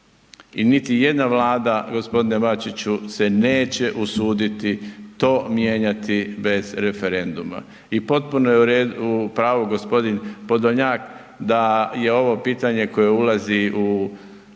i niti jedna Vlada, g. Bačiću se neće usuditi to mijenjati bez referenduma i potpuno je u redu, u pravu g. Podolnjak da je ovo pitanje koje ulazi u